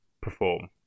perform